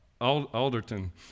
Alderton